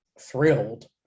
thrilled